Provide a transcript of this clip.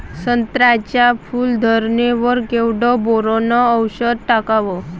संत्र्याच्या फूल धरणे वर केवढं बोरोंन औषध टाकावं?